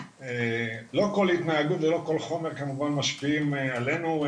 לא כל התנהגות ולא כל חומר כמובן משפיעים עלינו.